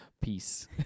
Peace